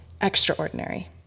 extraordinary